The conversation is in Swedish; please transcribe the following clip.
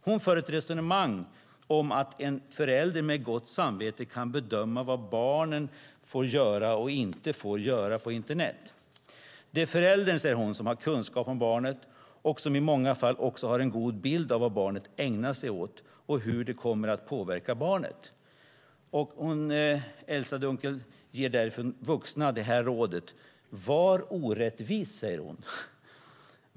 Hon för ett resonemang om att en förälder med gott samvete kan bedöma vad barnen får göra och inte får göra på internet. Det är föräldern, säger hon, som har kunskap om barnet, och som i många fall också har en god bild av vad barnet ägnar sig åt och hur det kommer att påverka barnet. Elza Dunkels ger därför vuxna det här rådet: "Var orättvis.